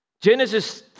Genesis